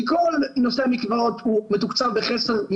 כי כל נושא המקוואות הוא מתוקצב בחסר.